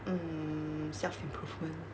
mm self-improvement